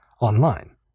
online